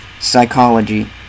Psychology